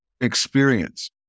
experience